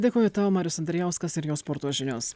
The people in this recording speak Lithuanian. dėkoju tau marius andrijauskas ir jo sporto žinios